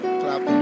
clap